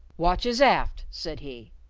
watches aft! said he.